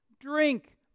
drink